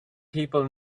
people